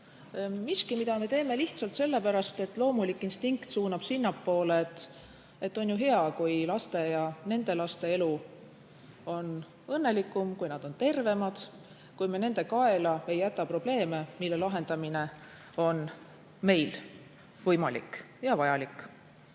miski, mida me teeme lihtsalt sellepärast, et loomulik instinkt suunab sinnapoole, et on ju hea, kui laste ja nende laste elu on õnnelikum, kui nad on tervemad, kui me nende kaela ei jäta probleeme, mille lahendamine on meil võimalik.